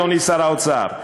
אדוני שר האוצר.